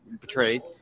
betrayed